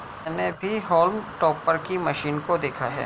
मैंने भी haulm topper की मशीन को देखा है